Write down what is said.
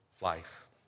life